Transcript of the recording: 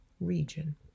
region